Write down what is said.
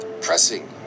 pressing